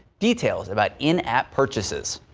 details about in-app purchases.